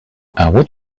would